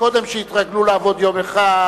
קודם שיתרגלו לעבוד יום אחד,